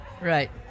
right